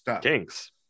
Kings